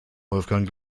wolfgang